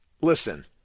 Listen